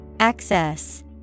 Access